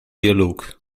dialog